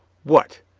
what!